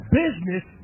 business